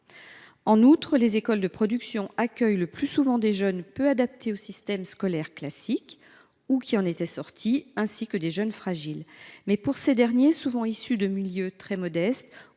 En outre, les écoles de production accueillent le plus souvent des jeunes peu adaptés au système scolaire classique, ou qui en étaient sortis, ainsi que des jeunes « fragiles ». Or, pour ces derniers, qui sont souvent issus de milieux très modestes